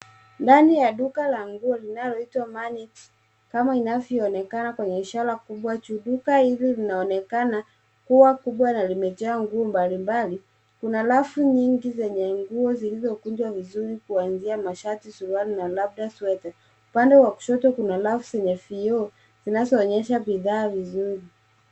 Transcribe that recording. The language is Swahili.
Ndani ya duka la nguo linaloitwa Manix kama inavyoonekana kwenye ishara kubwa juu. Duka hili linaonekana kuwa kubwa na limejaa nguo mbalimbali. Kuna rafu nyingi zenye nguo zilizokunjwa vizuri kwanzia mashati, suruali na labda sweta. Upande wa kushoto kuna rafu zenye vioo zinazoonyesha bidhaa vizuri.